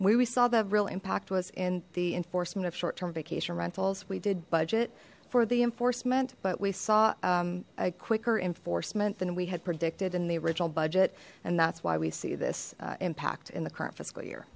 percent we saw that real impact was in the enforcement of short term vacation rentals we did budget for the enforcement but we saw a quicker enforcement than we had predicted in the original budget and that's why we see this impact in the current fiscal year